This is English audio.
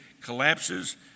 collapses